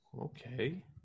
Okay